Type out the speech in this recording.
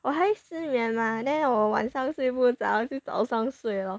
我还失眠啦 then 我晚上睡不着就早上睡咯